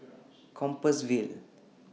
Compassvale